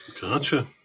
Gotcha